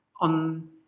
on